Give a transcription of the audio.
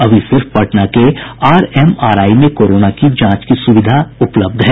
अभी सिर्फ पटना के आरएमआरआई में कोरोना की जांच की सुविधा उपलब्ध है